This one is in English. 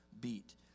beat